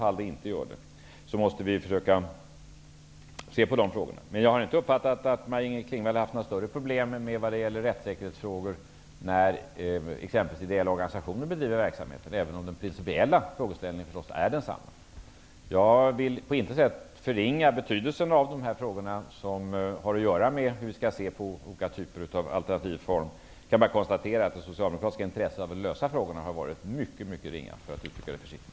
Jag har dock inte uppfattat det så, att Maj-Inger Klingvall har haft några större problem med rättssäkerheten när t.ex. idella organisationer bedriver barnomsorg, även om den principiella frågeställningen naturligtvis är densamma. Jag vill på intet sätt förringa betydelsen av dessa frågor. Jag konstaterar bara att det socialdemokratiska intresset av att lösa frågorna har varit mycket ringa, för att uttrycka det försiktigt.